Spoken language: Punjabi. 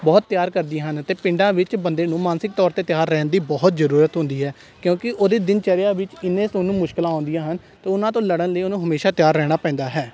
ਬਹੁਤ ਤਿਆਰ ਕਰਦੀਆਂ ਹਨ ਅਤੇ ਪਿੰਡਾਂ ਵਿੱਚ ਬੰਦੇ ਨੂੰ ਮਾਨਸਿਕ ਤੌਰ 'ਤੇ ਤਿਆਰ ਰਹਿਣ ਦੀ ਬਹੁਤ ਜ਼ਰੂਰਤ ਹੁੰਦੀ ਹੈ ਕਿਉਂਕਿ ਉਹਦੀ ਦਿਨ ਚਰਿਆ ਵਿੱਚ ਇੰਨੇ ਤੇ ਉਹਨੂੰ ਮੁਸ਼ਕਿਲਾਂ ਆਉਂਦੀਆਂ ਹਨ ਅਤੇ ਉਹਨਾਂ ਤੋਂ ਲੜਨ ਲਈ ਉਹਨੂੰ ਹਮੇਸ਼ਾ ਤਿਆਰ ਰਹਿਣਾ ਪੈਂਦਾ ਹੈ